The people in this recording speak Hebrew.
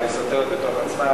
אבל היא סותרת בתוך עצמה,